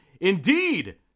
indeed